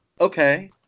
Okay